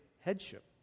headship